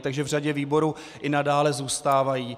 Takže v řadě výborů i nadále zůstávají.